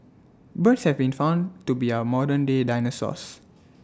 birds have been found to be our modernday dinosaurs